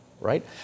right